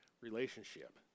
relationship